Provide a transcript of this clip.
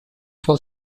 for